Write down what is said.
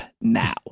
now